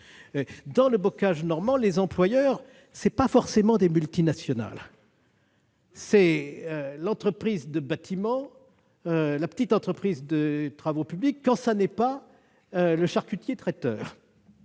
même mieux que moi, les employeurs ne sont pas forcément des multinationales : c'est l'entreprise du bâtiment, la petite entreprise de travaux publics, quand ce n'est pas le charcutier traiteur.